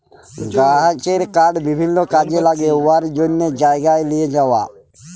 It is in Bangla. গাহাচের কাঠ বিভিল্ল্য কাজে ল্যাগে উয়ার জ্যনহে জায়গায় লিঁয়ে যাউয়া